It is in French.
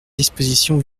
disposition